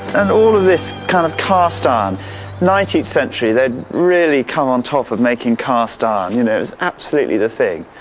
and all of this kind of cast-iron, um nineteenth century they've really come on top of making cast-iron you know it was absolutely the thing.